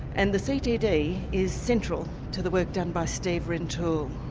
and the ctd is central to the work done by steve rintoul.